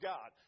God